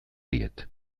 diet